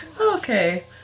Okay